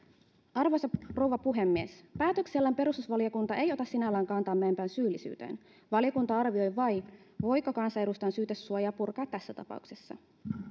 arvoisa rouva puhemies päätöksellään perustusvaliokunta ei ota sinällään kantaa mäenpään syyllisyyteen valiokunta arvioi vain voiko kansanedustajan syytesuojaa purkaa tässä tapauksessa